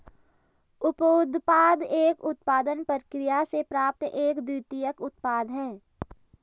उपोत्पाद एक उत्पादन प्रक्रिया से प्राप्त एक द्वितीयक उत्पाद है